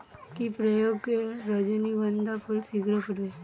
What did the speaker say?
কি প্রয়োগে রজনীগন্ধা ফুল শিঘ্র ফুটবে?